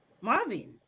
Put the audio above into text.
Marvin